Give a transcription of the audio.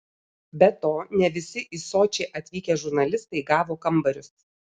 be to ne visi į sočį atvykę žurnalistai gavo kambarius